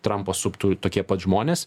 trampą suptų tokie pat žmonės